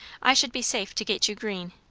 i should be safe to get you green.